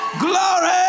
Glory